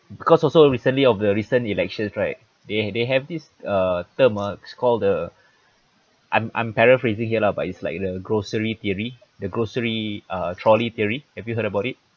because also recently of the recent elections right they they have this uh term ah it's called the I'm I'm paraphrasing here lah but it's like the grocery theory the grocery uh trolley theory have you heard about it